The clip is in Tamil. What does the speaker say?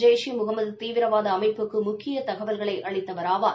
ஜெய்ஸ் ஈ முகமது தீவிரவாத அமைப்புக்கு முக்கிய தகவல்களை அளித்தவராவார்